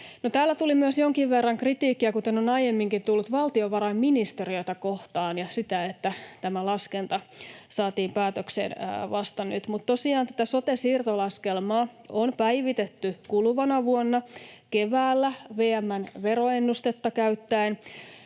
täällä tuli jonkin verran kritiikkiä, kuten on aiemminkin tullut, myös valtiovarainministeriötä kohtaan ja sitä kohtaan, että tämä laskenta saatiin päätökseen vasta nyt. Mutta tosiaan tätä sote-siirtolaskelmaa on päivitetty kuluvana vuonna keväällä VM:n veroennustetta käyttäen.